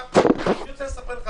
אני רוצה לספר לך,